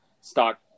stock